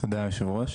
תודה היו"ר,